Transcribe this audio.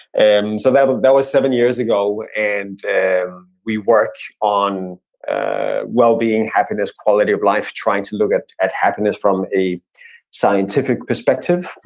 and so that but that was seven years ago, and we work on well-being, happiness, quality of life trying to look at at happiness from a scientific perspective.